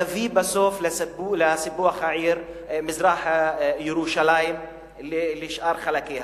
תביא בסוף לסיפוח מזרח-ירושלים לשאר חלקיה.